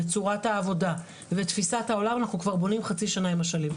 וצורת העבודה ותפיסת העולם אנחנו כבר בונים חצי שנה עם אשלים.